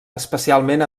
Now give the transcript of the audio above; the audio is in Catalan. especialment